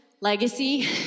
legacy